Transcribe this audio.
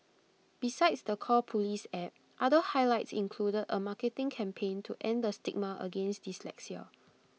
besides the call Police app other highlights included A marketing campaign to end the stigma against dyslexia